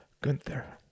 Gunther